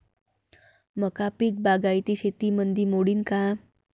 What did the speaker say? मका पीक बागायती शेतीमंदी मोडीन का?